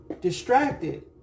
distracted